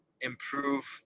improve